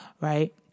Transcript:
right